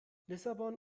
lissabon